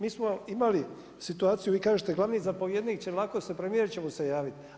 Mi smo imali situaciju, vi kažete, glavni zapovjednik će lako se, premijer će mu se javit.